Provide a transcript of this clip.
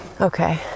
Okay